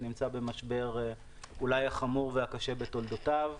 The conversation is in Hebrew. נמצא במשבר אולי החמור והקשה בתולדותיו.